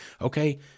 Okay